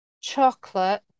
chocolate